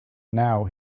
now